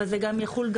אבל זה גם יחול,